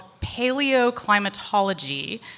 paleoclimatology